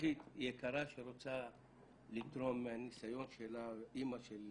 אזרחית יקרה שרוצה לתרום מהניסיון שלה, אימא של